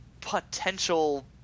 potential